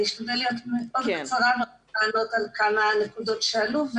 אני אשתדל להיות מאוד קצרה ואענה על כמה נקודות שעלו.